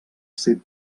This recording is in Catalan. ser